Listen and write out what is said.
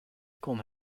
kon